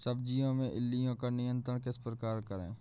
सब्जियों में इल्लियो का नियंत्रण किस प्रकार करें?